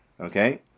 Okay